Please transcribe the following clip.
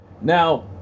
Now